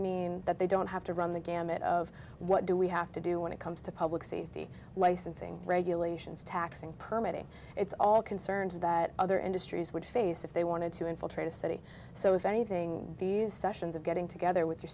mean that they don't have to run the gamut of what do we have to do when it comes to public safety licensing regulations taxing permeating it's all concerns that other industries would face if they wanted to infiltrate a city so if anything these sessions of getting together with your